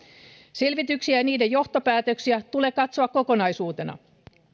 selvityksiä ja niiden johtopäätöksiä tulee katsoa kokonaisuutena